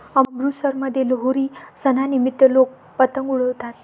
अमृतसरमध्ये लोहरी सणानिमित्त लोक पतंग उडवतात